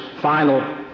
final